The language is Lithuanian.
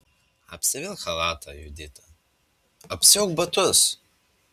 apsivilk chalatą judita apsiauk batus